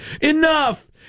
Enough